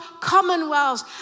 commonwealths